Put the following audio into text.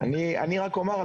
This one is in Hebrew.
אני רק אומר,